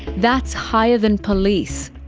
that's higher than police,